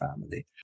family